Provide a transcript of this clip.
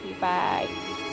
Bye